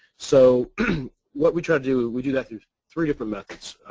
so what we try to do, we do that through three different methods.